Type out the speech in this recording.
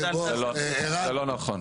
זה לא נכון.